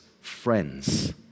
friends